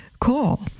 call